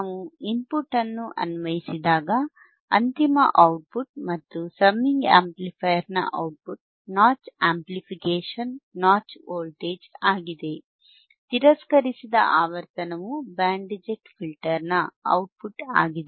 ನಾವು ಇನ್ಪುಟ್ ಅನ್ನು ಅನ್ವಯಿಸಿದಾಗ ಅಂತಿಮ ಔಟ್ಪುಟ್ ಮತ್ತು ಸಮ್ಮಿಂಗ್ ಆಂಪ್ಲಿಫೈಯರ್ನ output notch amplification notch voltage ಆಗಿದೆ ತಿರಸ್ಕರಿಸಿದ ಆವರ್ತನವು ಬ್ಯಾಂಡ್ ರಿಜೆಕ್ಟ್ ಫಿಲ್ಟರ್ನ ಔಟ್ಪುಟ್ ಆಗಿದೆ